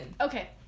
Okay